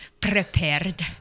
Prepared